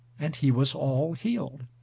and he was all healed.